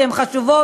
והן חשובות.